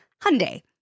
Hyundai